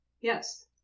Yes